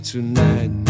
Tonight